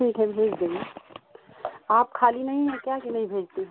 ठीक है भेज देंगे आप खाली नहीं है क्या कि नहीं भेज दें